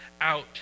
out